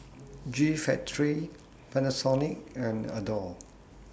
G Factory Panasonic and Adore